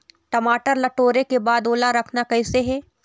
टमाटर ला टोरे के बाद ओला रखना कइसे हे?